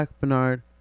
Bernard